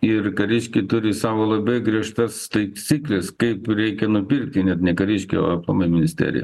ir kariškiai turi savo labai griežtas taisykles kaip reikia nupirkti net ne kariškiai o aplamai ministerija